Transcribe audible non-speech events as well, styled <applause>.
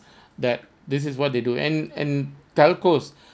<breath> that this is what they do and and telcos